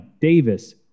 Davis